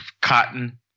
cotton